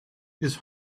his